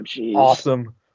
awesome